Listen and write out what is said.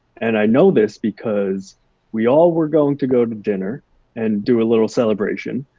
and i know this because we all were going to go to dinner and do a little celebration,